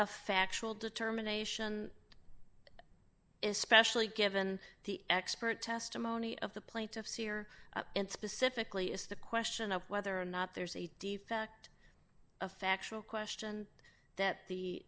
a factual determination is specially given the expert testimony of the plaintiff here and specifically if the question of whether or not there's a defect a factual question that the